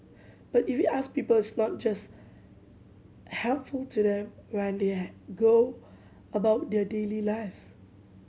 but if we ask people's not just helpful to them when they go about their daily lives